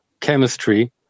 chemistry